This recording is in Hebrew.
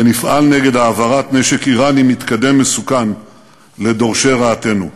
ונפעל נגד העברת נשק איראני מתקדם מסוכן לדורשי רעתנו.